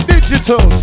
Digital